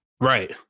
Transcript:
Right